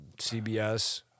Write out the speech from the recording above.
CBS